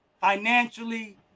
financially